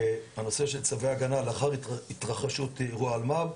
הנושא של צווי הגנה, לאחר התרחשות אירוע אלמ"ב,